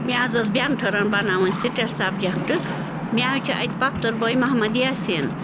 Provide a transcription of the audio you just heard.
مےٚ حظ ٲسۍ بٮ۪نتھٕرَن بناوٕنۍ سِٹیٹ سَبجَکٹ مےٚ حظ چھُ اَتہِ پۄپھتٕر بوے محمد یاسین